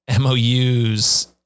MOUs